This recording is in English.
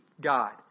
God